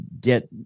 get